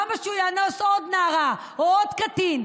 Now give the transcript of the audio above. למה שהוא יאנוס עוד נערה או עוד קטין?